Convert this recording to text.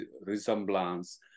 resemblance